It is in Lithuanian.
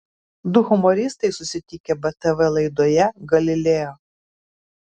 du humoristai susitikę btv laidoje galileo